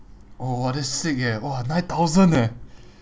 oh !wah! that's sick eh !wah! nine thousand eh